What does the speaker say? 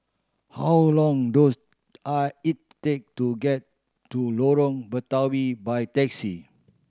how long does I it take to get to Lorong Batawi by taxi